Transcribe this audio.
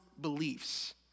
beliefs